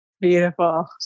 beautiful